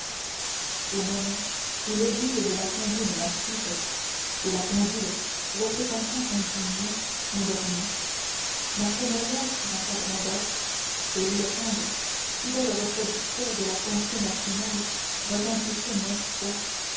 au moment où l'aiguille de la pendule massive de la pendule représentant endymion endormi marquait neuf heures sur un cadran d'or et où le timbre fidèle reproducteur de la pensée machinale retentissait neuf fois